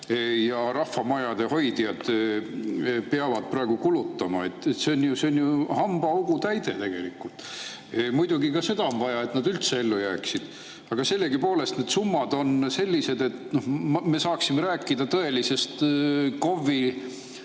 ja rahvamajade hoidjad peavad praegu kulutama. See on ju hambaaugutäide tegelikult. Muidugi ka seda on vaja, et nad üldse ellu jääksid. Aga sellegipoolest need summad on [väikesed]. Me saaksime rääkida tõelisest